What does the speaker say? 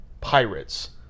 Pirates